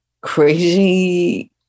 crazy